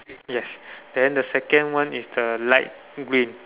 yes then the second one is the light green